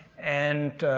and.